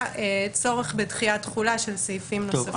צורך בדחיית תחולה של סעיפים נוספים.